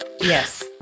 yes